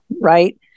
right